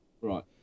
Right